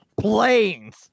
planes